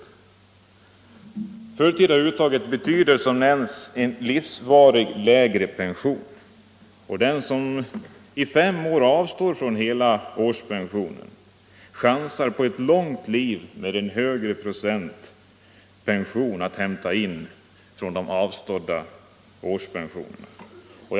Det förtida uttaget betyder som nämnts en livsvarig lägre pension. Den som i fem år avstår från hela årspensionen chansar på ett långt liv med en högre procents pension att hämta in från de avstådda årspensionerna.